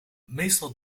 meestal